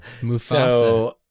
Mufasa